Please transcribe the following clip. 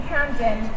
Camden